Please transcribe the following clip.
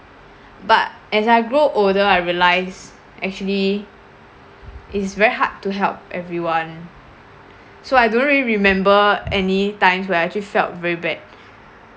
but as I grow older I realise actually it's very hard to help everyone so I don't really remember any times where I actually felt very bad